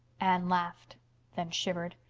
anne laughed then shivered.